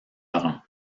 laurent